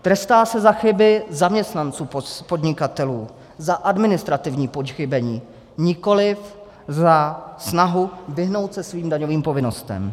Trestá se za chyby zaměstnanců podnikatelů, za administrativní pochybení, nikoliv za snahu vyhnout se svým daňovým povinnostem.